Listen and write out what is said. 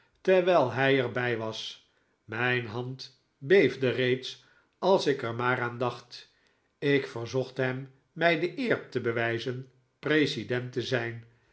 terwijl hij er bij was mijn hand beefde reeds als ik er maar aan dacht ik verzocht hem mij de eer te bewijzen president te zijn